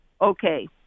Okay